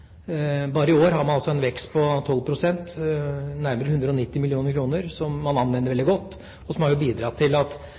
Bare i år har man en vekst på 12 pst., nærmere 190 mill. kr, som man anvender veldig